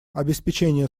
обеспечение